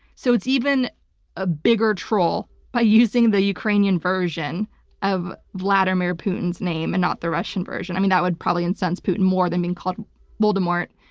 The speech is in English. so it's even a bigger troll by using the ukrainian version of vladimir putin's name and not the russian version. i mean, that would probably incense putin more than being called voldemort.